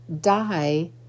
die